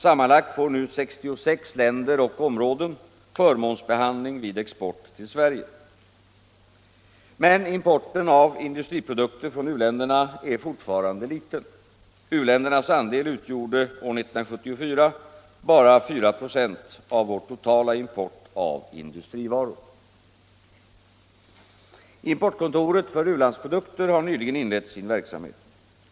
Sammanlagt får nu 66 länder och områden förmånsbehandling vid export till Sverige. Importen av industriprodukter från u-länderna är dock fortfarande liten. U-ländernas andel utgjorde år 1974 endast 4 96 av vår totala import av industrivaror. Importkontoret för u-landsprodukter har nyligen inlett sin verksamhet.